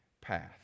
path